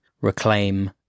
reclaim